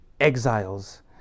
exiles